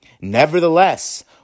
nevertheless